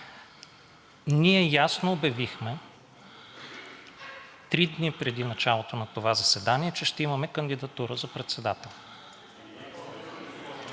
Ние ясно обявихме три дни преди началото на това заседание, че ще имаме кандидатура за председател.